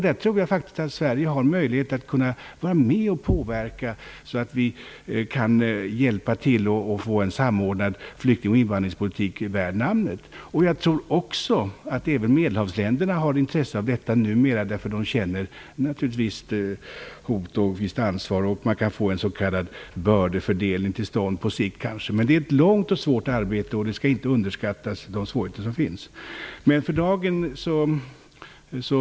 Där tror jag faktiskt att Sverige har en möjlighet att vara med och påverka så att vi kan få en samordnad flyktingoch invandringspolitik värd namnet. Jag tror också att även Medelhavsländerna har intresse av detta numera, därför att de känner ett visst hot och ett visst ansvar. Man kan få en s.k. bördefördelning till stånd på sikt. Men det är ett långt och svårt arbete. De svårigheter som finns skall inte underskattas.